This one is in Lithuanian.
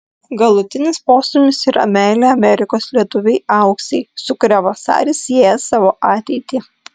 galutinis postūmis yra meilė amerikos lietuvei auksei su kuria vasaris sieja savo ateitį